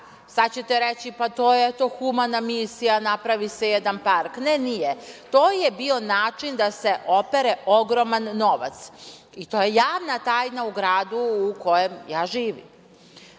sad ćete reći – pa, to je, eto, humana misija, napravi se jedan park. Ne nije, to je bio način da se opere ogroman novac i to je javna tajna u gradu u kojem ja